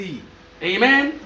Amen